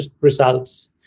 results